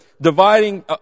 dividing